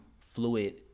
fluid